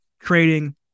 creating